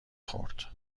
خورد